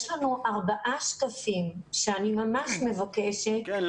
יש לנו ארבעה שקפים שאני ממש מבקשת שמדברים על המתווה -- כן,